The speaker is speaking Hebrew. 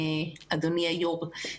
אדוני היו"ר,